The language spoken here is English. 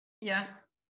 Yes